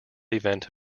event